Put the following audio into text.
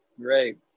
great